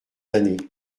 années